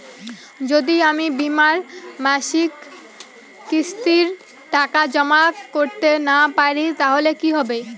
যদি আমি বীমার মাসিক কিস্তির টাকা জমা করতে না পারি তাহলে কি হবে?